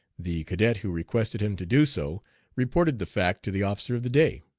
the cadet who requested him to do so reported the fact to the officer of the day.